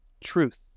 truth